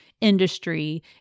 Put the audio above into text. industry